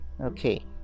okay